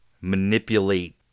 manipulate